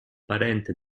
parente